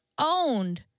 owned